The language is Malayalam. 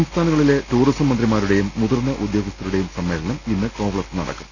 സംസ്ഥാനങ്ങളിലെ ടൂറിസം മന്ത്രിമാരുടെയും മുതിർന്ന ഉദ്യോഗ സ്ഥരുടെയും സമ്മേളനം ഇന്ന് കോവളത്ത് നടക്കും